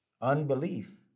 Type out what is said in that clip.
Unbelief